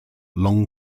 long